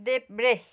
देब्रे